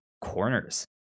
corners